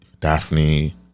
Daphne